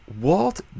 Walt